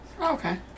Okay